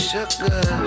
Sugar